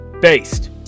Based